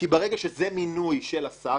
כי ברגע שזה מינוי של השר,